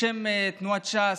בשם תנועת ש"ס,